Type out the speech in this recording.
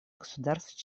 государств